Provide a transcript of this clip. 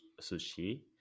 sushi